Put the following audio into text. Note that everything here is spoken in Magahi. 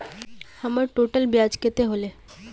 हमर टोटल ब्याज कते होले?